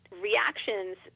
reactions